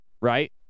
right